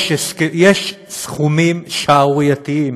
יש סכומים שערורייתיים,